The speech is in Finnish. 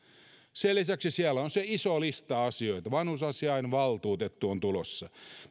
sen lisäksi siellä on se iso lista asioita vanhusasiainvaltuutettu on tulossa